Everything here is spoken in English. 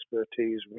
expertise